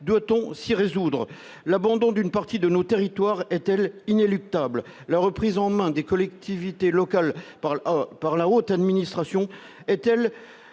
Doit-on s'y résoudre ? L'abandon d'une partie de nos territoires est-il inéluctable ? La reprise en main des collectivités locales par la haute administration sera-t-elle